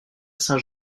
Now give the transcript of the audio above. saint